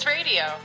Radio